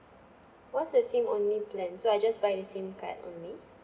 what's the SIM only plan so I just buy the SIM card only